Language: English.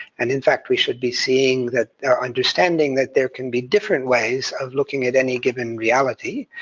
and in fact we should be seeing that our understanding that there can be different ways of looking at any given reality,